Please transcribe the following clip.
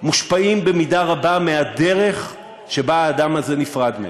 מושפעים במידה רבה מהדרך שבה האדם הזה נפרד מהם,